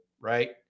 right